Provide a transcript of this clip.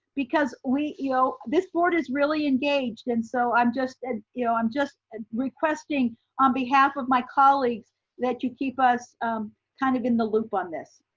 because you know this board is really engaged. and so, i'm just and you know i'm just ah requesting on behalf of my colleagues that you keep us kind of in the loop on this.